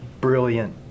brilliant